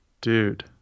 Dude